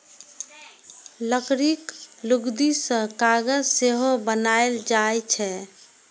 लकड़ीक लुगदी सं कागज सेहो बनाएल जाइ छै